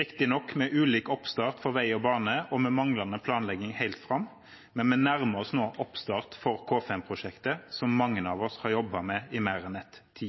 riktignok med ulik oppstart for vei og bane og med manglende planlegging helt fram, men vi nærmer oss nå oppstart for K5-prosjektet, som mange av oss har jobbet med